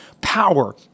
power